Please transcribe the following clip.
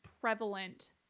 prevalent